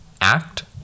act